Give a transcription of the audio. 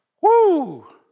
Woo